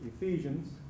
Ephesians